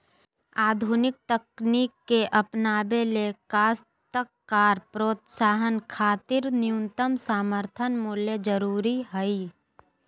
आधुनिक तकनीक के अपनावे ले काश्तकार प्रोत्साहन खातिर न्यूनतम समर्थन मूल्य जरूरी हई